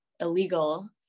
illegal